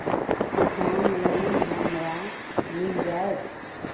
किसान लोन हमरा मिल जायत?